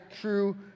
true